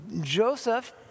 Joseph